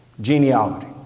genealogy